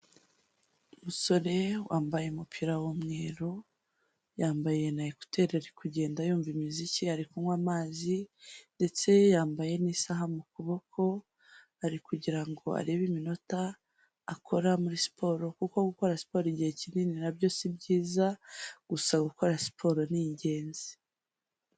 Umusore wambaye umupira w'umweru, yambaye na ekuteri, ari kugenda yumva imiziki, ari kunywa amazi ndetse yambaye n'isaha mu kuboko, ari kugirango arebe iminota akora muri siporo kuko gukora siporo igihe kinini nabyo si byiza gusa gukora siporo ningenzi.